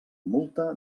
multa